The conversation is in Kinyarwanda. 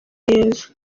yesu